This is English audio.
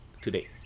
today